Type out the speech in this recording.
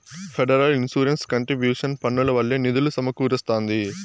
federal insurance contribution పన్నుల వల్లే నిధులు సమకూరస్తాంది